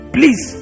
Please